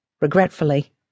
Regretfully